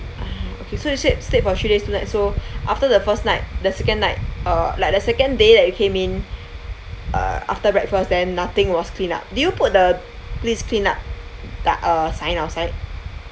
ah okay so you stayed stayed for three days two nights so after the first night the second night uh like the second day that you came in uh after breakfast then nothing was cleaned up did you put the please clean up that uh sign outside